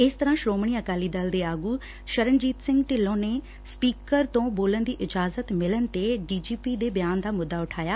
ਇਸ ਤਰੁਾਂ ਸ੍ਰੋਮਣੀ ਅਕਾਲੀ ਦਲ ਦੇ ਆਗੂ ਸ਼ਰਨਜੀਤ ਸਿੰਘ ਢਿੱਲੋਂ ਨੇ ਸਪੀਕਰ ਤੋਂ ਬੋਲਣ ਦੀ ਇਜਾਜ਼ਤ ਮਿਲਣ ਤੇ ਡੀ ਜੀ ਪੀ ਦੇ ਬਿਆਨ ਦਾ ਮੁੱਦਾ ਉਠਾਇਆ